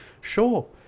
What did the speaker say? Sure